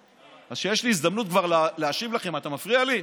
אז כשיש לי הזדמנות כבר להשיב לכם אתה מפריע לי?